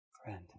friend